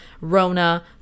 rona